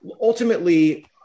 Ultimately